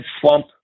slump